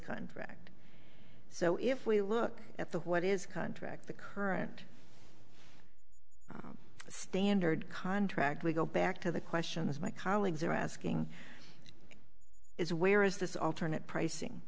of act so if we look at the what is contract the current standard contract we go back to the question is my colleagues are asking is where is this alternate pricing